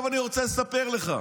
עכשיו אני רוצה לספר לך,